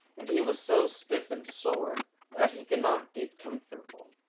and he was so stiff and sore that he could not get comfortable.